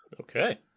okay